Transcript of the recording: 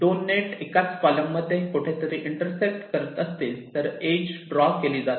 2 net एकाच column मध्ये कोठेतरी इंटरसेक्ट करत असतील तर इज ड्रॉ केली जाते